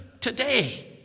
today